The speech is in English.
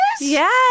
Yes